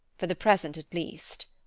for the present at least.